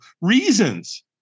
reasons